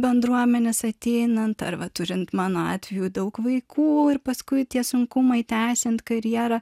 bendruomenės ateinant ar va turint mano atveju daug vaikų ir paskui tie sunkumai tęsiant karjerą